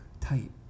tight